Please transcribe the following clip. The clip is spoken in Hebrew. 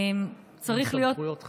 עם סמכויות חקירה.